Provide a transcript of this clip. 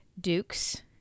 Dukes